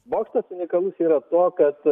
bokštas unikalus yra tuo kad